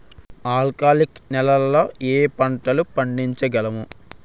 ఆల్కాలిక్ నెలలో ఏ పంటలు పండించగలము?